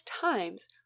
times